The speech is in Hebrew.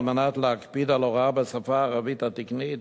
על מנת להקפיד על הוראה בשפה הערבית התקנית